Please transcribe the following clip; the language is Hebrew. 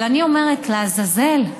אבל אני אומרת: לעזאזל,